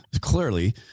Clearly